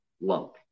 lump